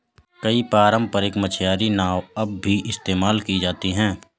कई पारम्परिक मछियारी नाव अब भी इस्तेमाल की जाती है